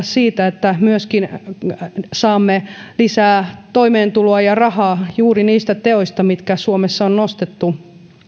siitä että myöskin saamme lisää toimeentuloa ja rahaa juuri niistä teoista mitkä suomessa on nostettu